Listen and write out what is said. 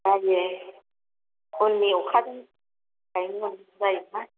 जायो उननि आखाजों गायनो मोनबानो जायोना